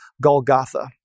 Golgotha